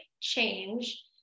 change